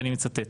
ואני מצטט: